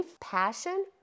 passion